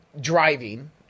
driving